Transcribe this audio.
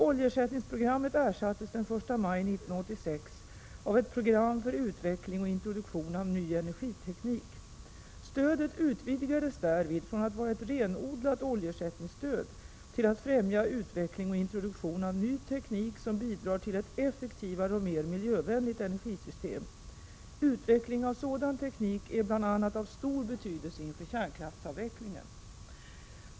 Oljeersättningsprogrammet ersattes den 1 maj 1986 av ett program för utveckling och introduktion av ny energiteknik. Stödet utvidgades därvid från att vara ett renodlat oljeersättningsstöd till att främja utveckling och introduktion av ny teknik, som bidrar till ett effektivare och mer miljövänligt energisystem. Utveckling av sådan teknik är bl.a. av stor betydelse inför kärnkraftsavvecklingen.